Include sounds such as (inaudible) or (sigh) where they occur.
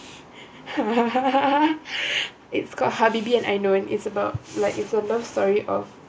(laughs) it's called habibie and ainun it's about like it's a love story of